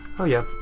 oh yeah,